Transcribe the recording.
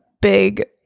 big